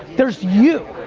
there's you,